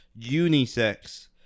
unisex